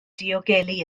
diogelu